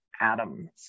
atoms